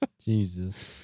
Jesus